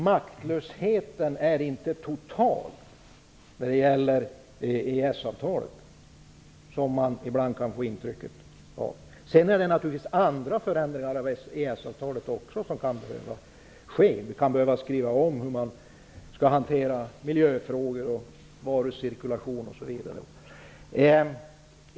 Maktlösheten är inte total när det gäller EES avtalet, vilket man ibland kan få ett intryck av. Sedan kan det naturligtvis också behöva ske andra förändringar av EES-avtalet. Man kan behöva skriva om hur miljöfrågor, varucirkulation osv. skall hanteras.